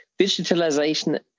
digitalization